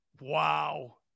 Wow